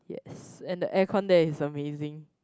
and the air con there is amazing